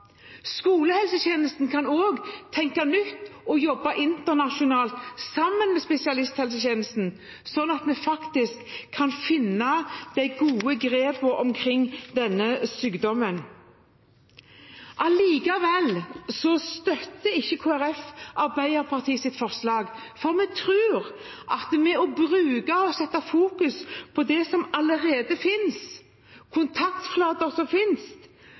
skolehelsetjenesten bidra. Skolehelsetjenesten kan også tenke nytt og jobbe internasjonalt sammen med spesialisthelsetjenesten, slik at vi kan finne gode grep når det gjelder denne sykdommen. Allikevel støtter ikke Kristelig Folkeparti Arbeiderpartiets forslag, for vi tror på det å bruke og fokusere på det som allerede finnes, kontaktflater som